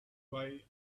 why